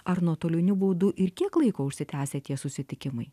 ar nuotoliniu būdu ir kiek laiko užsitęsia tie susitikimai